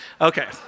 Okay